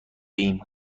ایم